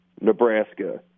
Nebraska